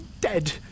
dead